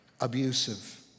abusive